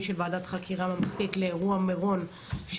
של ועדת חקירה ממלכתית לאירוע מירון,